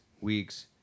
week's